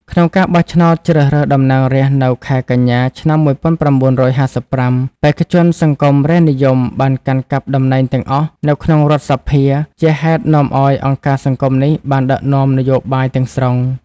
ក្នុងការបោះឆ្នោតជ្រើសរើសតំណាងរាស្ត្រនៅខែកញ្ញា ឆ្នាំ ១៩៥៥ បេក្ខជនសង្គមរាស្ត្រនិយមបានកាន់កាប់តំណែងទាំងអស់នៅក្នុងរដ្ឋសភា ជាហេតុនាំឱ្យអង្គការសង្គមនេះបានដឹកនាំនយោបាយទាំងស្រុង។